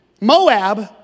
Moab